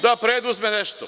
Da preduzme nešto.